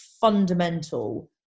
fundamental